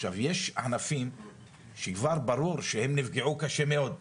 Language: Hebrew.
עכשיו, יש ענפים שכבר ברור שהם נפגעו קשה מאוד,